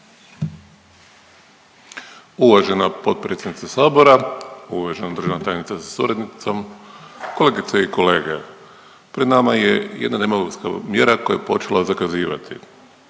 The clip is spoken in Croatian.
Uvažena potpredsjednice sabora, uvažena državna tajnice sa suradnicom, kolegice i kolege, pred nama je jedna demografska mjera koja je počela zakazivati.